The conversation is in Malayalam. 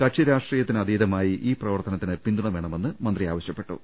കക്ഷിരാഷ്ട്രീയ ത്തിനതീതമായി ഈ പ്രവർത്തനത്തിന് പിന്തുണ വേണ മെന്ന് മന്ത്രി ആവശ്യപ്പെട്ടു